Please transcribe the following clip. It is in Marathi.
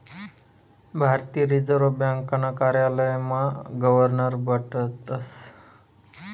भारतीय रिजर्व ब्यांकना कार्यालयमा गवर्नर बठतस